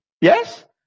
Yes